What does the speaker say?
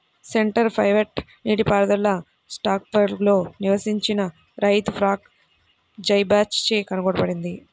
centre pivot నీటిపారుదల స్ట్రాస్బర్గ్లో నివసించిన రైతు ఫ్రాంక్ జైబాచ్ చే కనుగొనబడింది